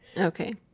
Okay